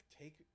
take